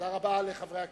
תודה רבה לחברי הכנסת,